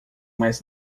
mais